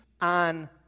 on